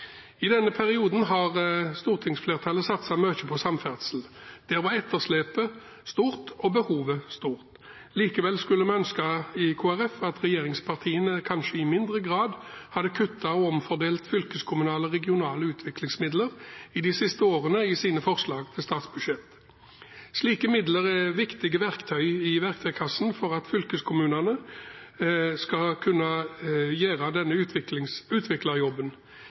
I denne perioden har stortingsflertallet satset mye på samferdsel. Etterslepet var stort, og behovet var stort. Likevel skulle vi i Kristelig Folkeparti ønske at regjeringspartiene kanskje i mindre grad hadde kuttet og omfordelt fylkeskommunale og regionale utviklingsmidler i de siste årene i sine forslag til statsbudsjett. Slike midler er viktige verktøy i verktøykassen for at fylkeskommunene skal kunne gjøre denne utviklerjobben.